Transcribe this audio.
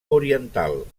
oriental